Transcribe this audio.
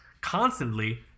constantly